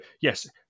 yes